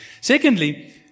Secondly